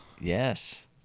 Yes